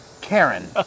Karen